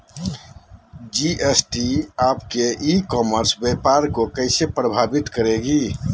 GST आपके e commerce व्यापार को कैसे प्रभावित करेगी?